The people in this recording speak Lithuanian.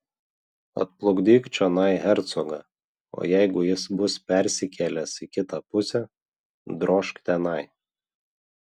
atplukdyk čionai hercogą o jeigu jis bus persikėlęs į kitą pusę drožk tenai